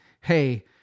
Hey